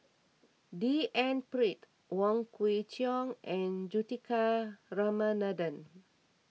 D N Pritt Wong Kwei Cheong and Juthika Ramanathan